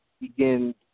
begin